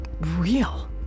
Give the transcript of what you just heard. real